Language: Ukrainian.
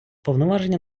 повноваження